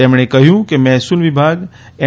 તેમણે કહ્યું કે મહેસુલ વિભાગ એમ